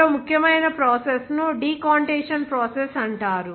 మరో ముఖ్యమైన ప్రాసెస్ ను డీకాంటేషన్ ప్రాసెస్ అంటారు